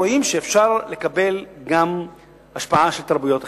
רואים שאפשר לקבל גם השפעה של תרבויות אחרות.